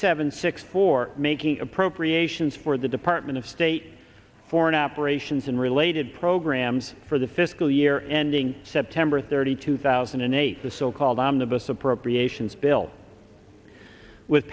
seven six for making appropriations for the department of state foreign operations and related programs for the fiscal year ending september thirty two thousand and eight the so called omnibus appropriations bill with